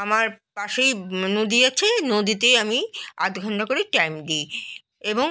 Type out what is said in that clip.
আমার পাশেই নদী আছে নদীতেই আমি আধ ঘণ্টা করে টাইম দিই এবং